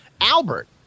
Albert